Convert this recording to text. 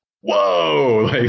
whoa